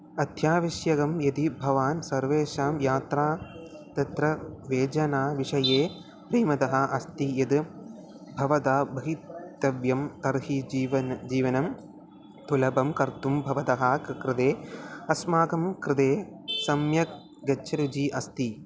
अत्यावश्यकं यदि भवान् सर्वेषां यात्रा तत्र वेदना विषये प्रेमतः अस्ति यत् भवदा बहितव्यं तर्हि जीवनं जीवनं सुलबं कर्तुं भवतः कृते अस्माकं कृते सम्यक् गच्छति अस्ति